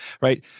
Right